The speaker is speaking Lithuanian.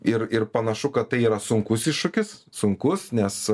ir ir panašu kad tai yra sunkus iššūkis sunkus nes